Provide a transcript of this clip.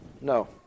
No